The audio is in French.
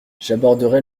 j’aborderai